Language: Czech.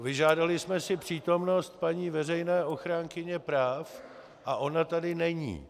Vyžádali jsme si přítomnost paní veřejné ochránkyně práv a ona tady není!